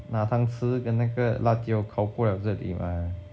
那汤匙跟那个辣椒过来我这里 mah